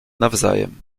nawzajem